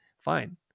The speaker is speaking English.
Fine